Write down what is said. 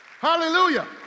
Hallelujah